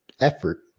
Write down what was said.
effort